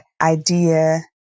idea